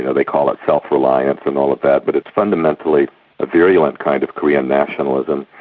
you know they call it self-reliance and all of that, but it's fundamentally a virulent kind of korean nationalism.